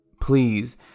Please